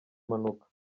mpanuka